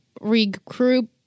recruit